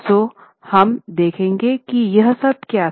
सो हम् देखेंगे कि यह सब क्या था